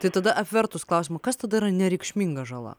tai tada apvertus klausimą kas tada yra nereikšminga žala